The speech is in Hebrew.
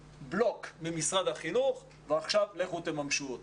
ממשרד החינוך ועכשיו לכו תממשו אותן.